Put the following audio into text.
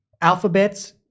Alphabet's